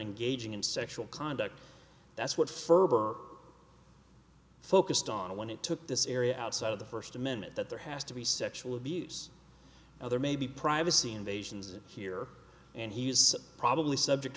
engaging in sexual conduct that's what ferber focused on when it took this area outside of the first amendment that there has to be sexual abuse now there may be privacy invasions here and he's probably subject